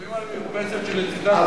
חולמים על מרפסת שלצדה,